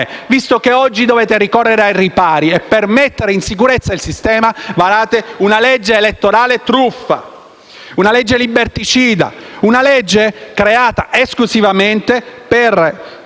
visto che oggi dovete correre ai ripari e, per mettere in sicurezza il sistema, varate una legge elettorale truffa, una legge liberticida, una legge creata esclusivamente per